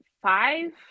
five